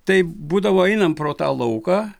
tai būdavo einam pro tą lauką